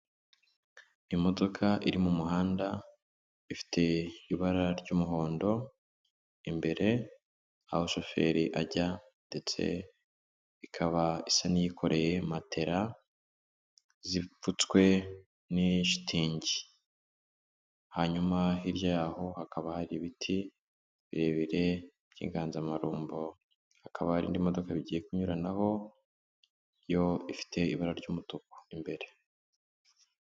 Imodoka iri mu muhanda, ifite ibara ry'umuhondo imbere aho shoferi ajya ndetse ikaba isa n'iyikoreye matera zipfutswe n'ishitingi, hanyuma hirya y'aho hakaba hari ibiti birebire by'inganzamarumbo, hakaba hari indi modoka bigiye kunyuranaho yo ifite ibara ry'umutuku imbere.